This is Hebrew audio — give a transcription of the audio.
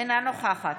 אינה נוכחת